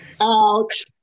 Ouch